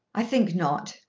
i think not.